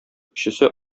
өчесе